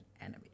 enemy